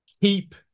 keep